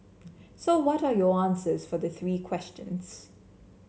so what are your answers for the three questions